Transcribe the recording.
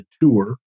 Tour